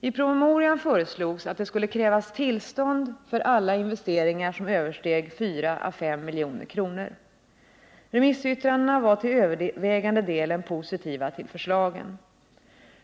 I promemorian föreslogs att det skulle krävas tillstånd för alla investeringar som översteg 4 å 5 milj.kr. Remissyttrandena var till övervägande del positiva till förslagen.